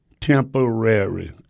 temporary